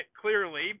clearly